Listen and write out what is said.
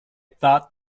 thought